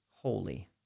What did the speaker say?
holy